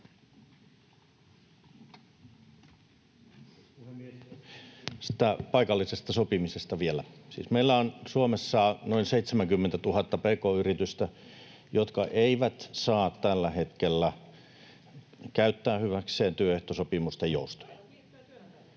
Tästä paikallisesta sopimisesta vielä. Siis meillä on Suomessa noin 70 000 pk-yritystä, jotka eivät saa tällä hetkellä käyttää hyväkseen työehtosopimusten joustoja